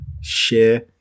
Share